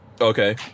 okay